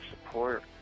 support